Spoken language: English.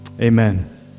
Amen